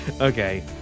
Okay